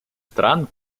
стран